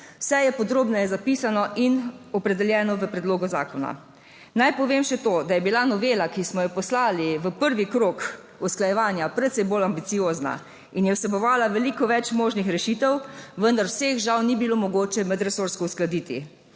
Vse je podrobneje zapisano in opredeljeno v predlogu zakona. Naj povem še to, da je bila novela, ki smo jo poslali v prvi krog usklajevanja, precej bolj ambiciozna in je vsebovala veliko več možnih rešitev, vendar vseh žal ni bilo mogoče medresorsko uskladiti.